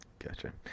Gotcha